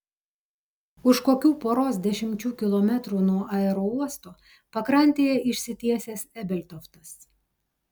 už kokių poros dešimčių kilometrų nuo aerouosto pakrantėje išsitiesęs ebeltoftas